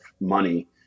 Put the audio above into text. money